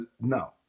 no